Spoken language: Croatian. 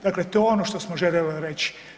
Dakle, to je ono što smo željeli reći.